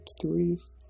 stories